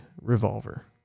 revolver